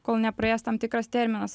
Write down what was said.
kol nepraėjęs tam tikras terminas